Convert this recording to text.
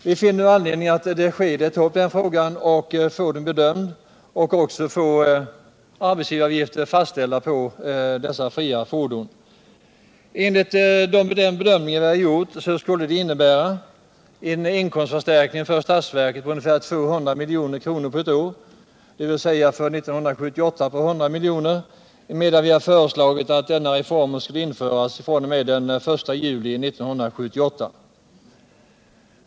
Vi finner att det är skäligt att ta upp denna fråga och få den bedömd samt få arbetsgivaravgifter fastställda på dessa fria fordon. Enligt de bedömningar som gjorts skulle det innebära en inkomstförstärkning för statsverket med ungefär 200 milj.kr. per år, dvs. för 1978 på 100 milj.kr., eftersom vi föreslagit att reformen skulle införas fr.o.m. 1 juli 1978.